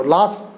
Last